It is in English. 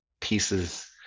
pieces